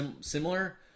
similar